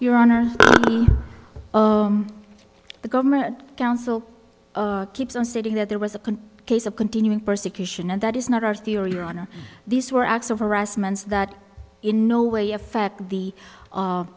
your honor the government counsel keeps on stating that there was a can case of continuing persecution and that is not our theory ronna these were acts of harassments that in no way affect the